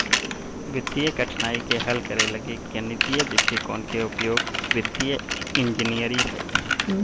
वित्तीय कठिनाइ के हल करे लगी गणितीय दृष्टिकोण के उपयोग वित्तीय इंजीनियरिंग हइ